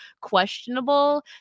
questionable